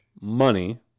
money